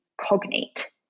cognate